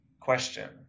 question